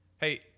Hey